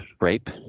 rape